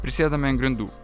prisėdame ant grindų